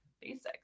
basics